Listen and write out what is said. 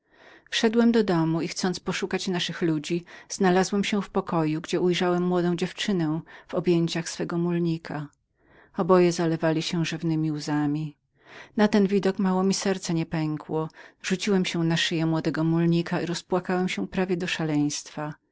domu i chcąc poszukać naszych ludzi znalazłem się w pokoju gdzie ujrzałem młodą dziewczynę w objęciach swego mulnika oboje zalewali się rzewnemi łzami na ten widok mało mi serce nie pękło rzuciłem się na szyję młodego mulnika i rozpłakałem się prawie do szaleństwa